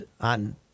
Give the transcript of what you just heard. on